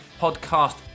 podcast